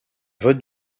vote